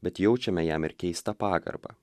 bet jaučiame jam ir keistą pagarbą